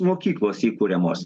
mokyklos įkuriamos